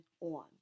on